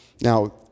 Now